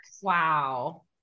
Wow